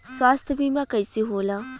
स्वास्थ्य बीमा कईसे होला?